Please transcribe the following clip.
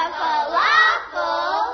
falafel